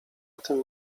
tym